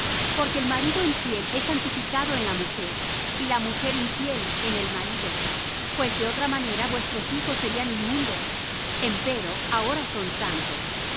porque el marido infiel es santificado en la mujer y la mujer infiel en el marido pues de otra manera vuestros hijos serían inmundos empero ahora son santos